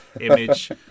image